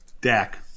Dak